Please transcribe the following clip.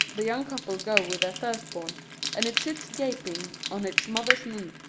the young couple go with their first-born and it sits gaping on its mother's knee.